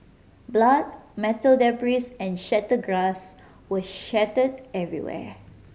blood metal debris and shatter glass were shatter every where